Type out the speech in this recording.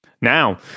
Now